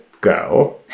go